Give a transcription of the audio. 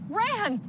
ran